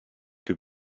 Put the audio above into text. que